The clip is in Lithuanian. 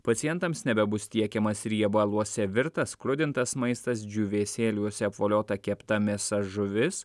pacientams nebebus tiekiamas riebaluose virtas skrudintas maistas džiūvėsėliuose apvoliota kepta mėsa žuvis